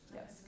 Yes